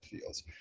feels